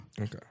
Okay